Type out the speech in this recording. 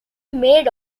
made